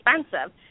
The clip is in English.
expensive